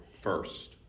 first